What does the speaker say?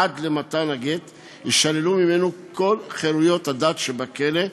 עד למתן גט יישללו ממנו כל חירויות הדת שבכלא,